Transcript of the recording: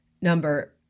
number